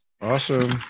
awesome